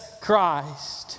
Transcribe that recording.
Christ